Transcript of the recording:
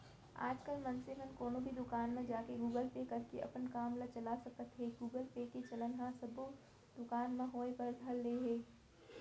आजकल मनसे मन कोनो भी दुकान म जाके गुगल पे करके अपन काम ल चला सकत हें गुगल पे के चलन ह सब्बो दुकान म होय बर धर ले हे